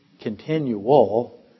continual